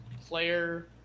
player